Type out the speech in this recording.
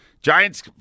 Giants